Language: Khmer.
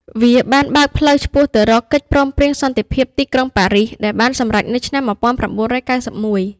វាបានបើកផ្លូវឆ្ពោះទៅរកកិច្ចព្រមព្រៀងសន្តិភាពទីក្រុងប៉ារីស ដែលបានសម្រេចនៅឆ្នាំ១៩៩១។